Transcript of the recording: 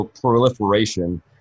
proliferation